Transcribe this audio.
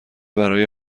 برای